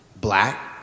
Black